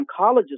oncologist